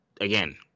again